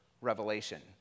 revelation